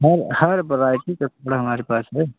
हर हर वैरायटी का कपड़ा हमारे पास है